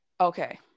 Okay